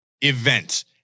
event